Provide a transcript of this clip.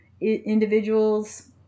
individuals